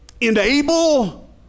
enable